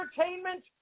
entertainment